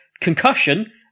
Concussion